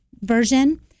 version